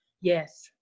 yes